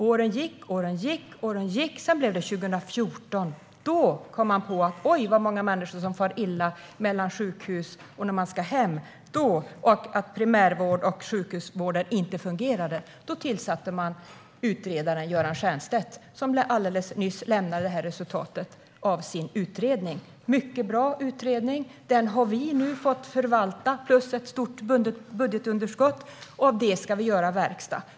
Åren gick och gick, och sedan blev det 2014 och då kom man på att många människor far illa när de ska hem efter att ha varit på sjukhus och att primärvården och sjukhusvården inte fungerade. Då tillsattes utredaren Göran Stiernstedt, och han lämnade alldeles nyss resultatet av sin utredning. Det är en mycket bra utredning, och den har vi nu fått förvalta, liksom ett stort budgetunderskott. Av detta ska vi göra verkstad.